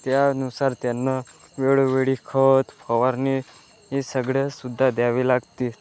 त्यानुसार त्यांना वेळोवेळी खत फवारणी हे सगळं सुद्धा द्यावे लागते